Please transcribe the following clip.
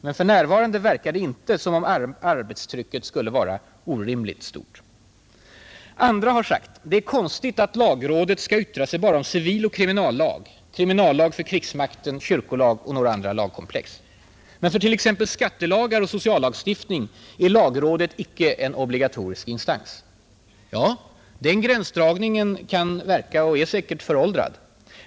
Men för närvarande verkar det inte som om arbetstrycket skulle vara orimligt stort. Andra har sagt: Det är konstigt att lagrådet skall yttra sig bara om civiloch kriminallag, kriminallag för krigsmakten, kyrkolag och några andra lagkomplex. Men för t.ex. skattelagar och sociallagstiftning är lagrådet icke en obligatorisk instans. — Ja, den gränsdragningen kan verka och är säkert föråldrad.